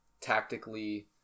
tactically